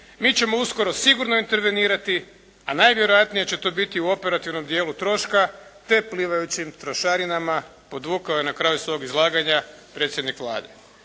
"Mi ćemo uskoro sigurno intervenirati, a najvjerojatnije će to biti u operativnom dijelu troška te plivajućim trošarinama", podvukao je na kraju svog izlaganja predsjednik Vlade.